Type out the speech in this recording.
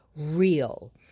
real